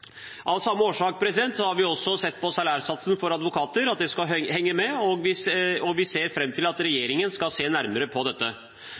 Av samme årsak har vi også sett på salærsatsen for advokater, at den skal henge med, og vi ser fram til at regjeringen skal se nærmere på dette.